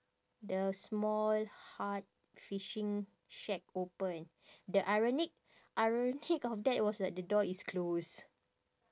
the small hut fishing shack open the ironic ironic of that was that the door is closed